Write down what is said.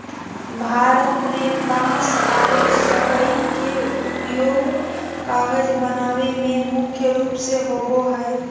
भारत में बांस आरो सबई के उपयोग कागज बनावे में मुख्य रूप से होबो हई